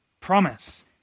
promise